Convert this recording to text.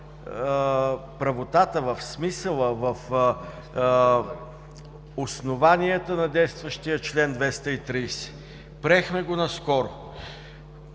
правотата, в смисъла, в основанията на действащия чл. 230. Приехме го наскоро.